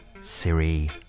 Siri